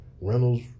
Reynolds